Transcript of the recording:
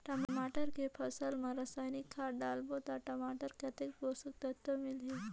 टमाटर के फसल मा रसायनिक खाद डालबो ता टमाटर कतेक पोषक तत्व मिलही?